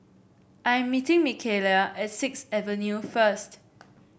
I am meeting Mikaela at Sixth Avenue first